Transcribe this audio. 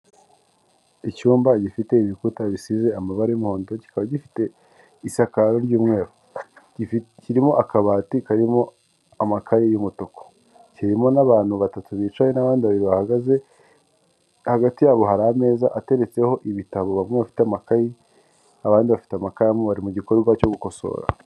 icyumba gifite ibikuta bisize amabara y'umuhondo kikaba gifite isakaro ry'umweru, kirimo akabati karimo amakaye y'umutuku, kirimo n'abantu batatu bicaye n'abandi babiri bahagaze, hagati yabo hari ameza ateretseho ibitabo, bamwe bafite amakayi abandi bafite amakaramu bari mu gikorwa cyo gukosora.